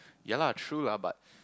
ya lah true lah but